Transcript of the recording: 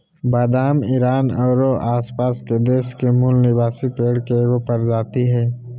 बादाम ईरान औरो आसपास के देश के मूल निवासी पेड़ के एगो प्रजाति हइ